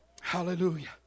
Hallelujah